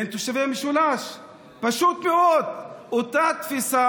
אבל תאמינו לי שיש לנו לא מעט שותפים,